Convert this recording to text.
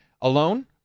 Alone